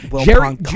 Jerry